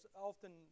often